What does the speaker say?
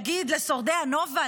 נגיד לשורדי הנובה,